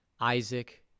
Isaac